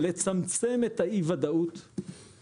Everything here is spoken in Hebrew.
היעד שלנו לסיים את האירוע הזה אבל הוא דוגמה